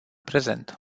prezent